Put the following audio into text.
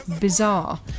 bizarre